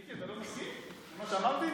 מיקי, אתה לא מסכים למה שאמרתי?